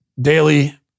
daily